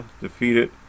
defeated